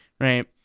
Right